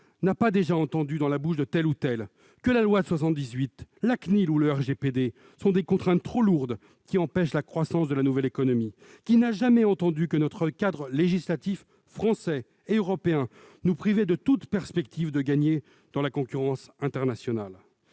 n'a pas déjà entendu dire que la loi de 1978, la CNIL ou le RGPD étaient des contraintes trop lourdes, qui empêchent la croissance de la nouvelle économie ? Qui n'a jamais entendu dire que notre cadre législatif français et européen nous privait de toute perspective de victoire dans la compétition internationale